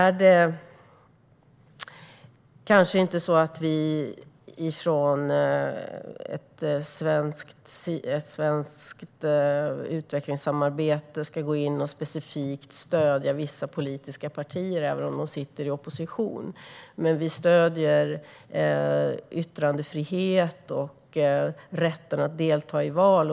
Vi kanske inte från svenskt utvecklingssamarbete ska gå in och specifikt stödja vissa politiska partier även om de sitter i opposition. Men vi stöder yttrandefrihet och rätten att delta i val.